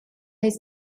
his